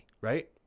Right